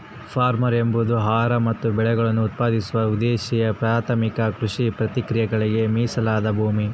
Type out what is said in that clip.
form ಎಂಬುದು ಆಹಾರ ಮತ್ತು ಬೆಳೆಗಳನ್ನು ಉತ್ಪಾದಿಸುವ ಉದ್ದೇಶದ ಪ್ರಾಥಮಿಕ ಕೃಷಿ ಪ್ರಕ್ರಿಯೆಗಳಿಗೆ ಮೀಸಲಾದ ಭೂಮಿ